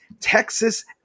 Texas